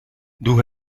doe